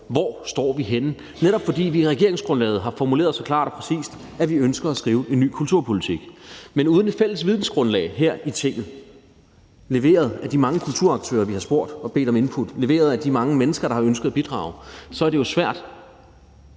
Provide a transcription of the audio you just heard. hvor står vi henne? – netop fordi vi i regeringsgrundlaget har formuleret så klart og præcist, at vi ønsker at skrive en ny kulturpolitik. Men uden et fælles vidensgrundlag her i Tinget – leveret af de mange kulturaktører, vi har spurgt og bedt om input fra; leveret af de mange mennesker, der har ønsket at bidrage – så er det jo svært,